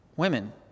women